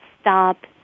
stop